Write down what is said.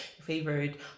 favorite